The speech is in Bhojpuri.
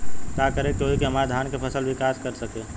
का करे होई की हमार धान के फसल विकास कर सके?